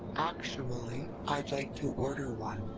actually, i'd like to order one.